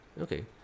Okay